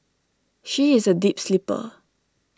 she is A deep sleeper